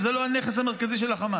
זה לא הנכס המרכזי של החמאס.